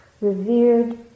revered